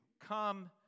Come